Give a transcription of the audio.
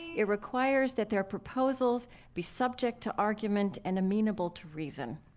it requires that their proposals be subject to argument and amenable to reason.